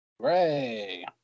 Hooray